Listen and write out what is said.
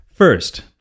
First